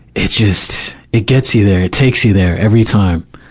it just, it gets you there, it takes you there every time.